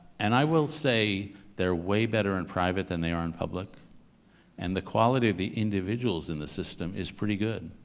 and i will say they're way better in private than they are in public and the quality of the individuals in the system is pretty good.